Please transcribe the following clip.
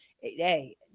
Hey